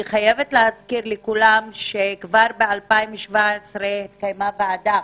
אני חייבת להזכיר לכולם שכבר ב-2017 התקיימה ועדה,